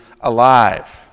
alive